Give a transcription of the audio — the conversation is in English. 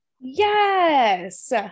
Yes